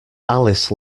alice